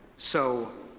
so,